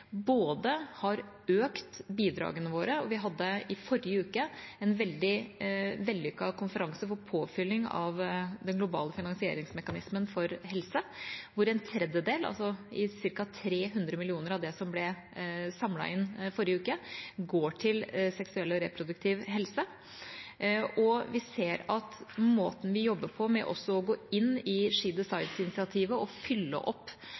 både har økt bidragene våre – vi hadde i forrige uke en veldig vellykket konferanse for påfylling av den globale finansieringsmekanismen for helse, hvorav en tredjedel, ca. 300 mill. dollar av det som ble samlet inn, går til seksuell og reproduktiv helse – og vi ser at måten vi jobber på, med også å gå inn i SheDecides-initiativet og å fylle opp